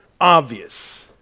obvious